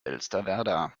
elsterwerda